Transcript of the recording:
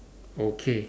okay